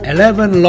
Eleven